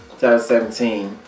2017